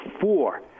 four